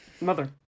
Mother